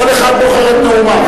כל אחד בוחר את נאומיו,